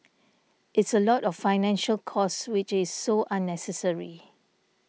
it's a lot of financial cost which is so unnecessary